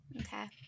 Okay